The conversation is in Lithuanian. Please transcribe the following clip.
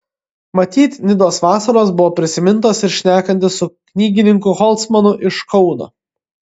matyt nidos vasaros buvo prisimintos ir šnekantis su knygininku holcmanu iš kauno